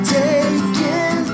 taken